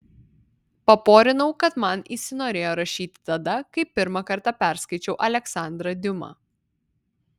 paporinau kad man įsinorėjo rašyti tada kai pirmą kartą perskaičiau aleksandrą diuma